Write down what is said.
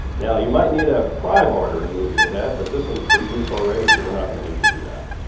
now you might need a pry bar to remove your head, but this one is pretty loose already so we're not going to need to do that.